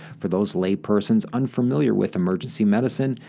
for those laypersons unfamiliar with emergency medicine,